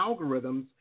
algorithms